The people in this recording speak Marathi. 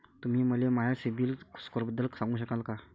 तुम्ही मले माया सीबील स्कोअरबद्दल सांगू शकाल का?